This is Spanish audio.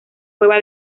cueva